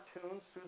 cartoons